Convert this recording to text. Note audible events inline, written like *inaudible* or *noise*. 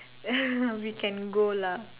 *laughs* we can go lah